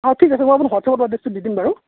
অ ঠিক আছে মই আপোনাক হোৱাটছআপত এড্ৰেছটো দি দিম বাৰু